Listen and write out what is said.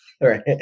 Right